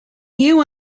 you